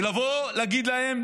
ולבוא להגיד להם: